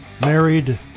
married